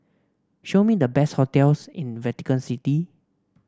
show me the best hotels in Vatican City